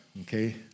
okay